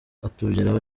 atugeraho